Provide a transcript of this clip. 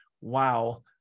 wow